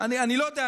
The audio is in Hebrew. אני לא יודע,